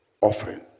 offering